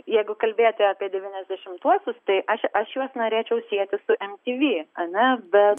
jeigu kalbėti apie devyniasdešimtuosius tai aš aš juos norėčiau sieti su mtv ane bet